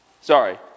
sorry